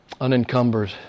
unencumbered